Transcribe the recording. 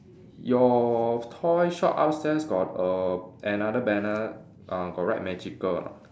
your toy shop upstairs got err another banner uh got write magical or not